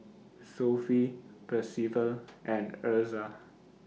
Sophie Percival and Ezra